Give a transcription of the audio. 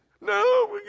no